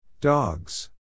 Dogs